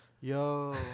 yo